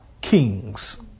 kings